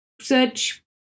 search